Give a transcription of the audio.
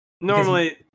Normally